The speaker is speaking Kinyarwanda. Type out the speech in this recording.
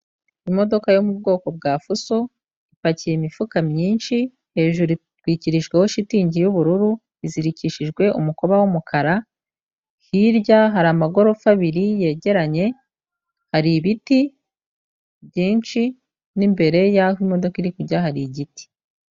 Imodoka yo mu bwoko bwa fuso ipakiye imifuka myinshi hejuru itwikirijweho shitingi y'ubururu izirikishijwe umukoba w'umukara hirya hari amagorofa abiri yegeranye hari ibiti byinshi n'imbere y'aho imodoka iri kujya hari igiti.